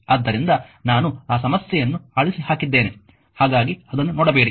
ಆದ್ದರಿಂದ ನಾನು ಆ ಸಮಸ್ಯೆಯನ್ನು ಅಳಿಸಿ ಹಾಕಿದ್ದೇನೆ ಹಾಗಾಗಿ ಅದನ್ನು ನೋಡಬೇಡಿ